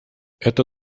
это